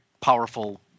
powerful